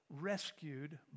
rescued